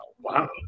Wow